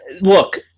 look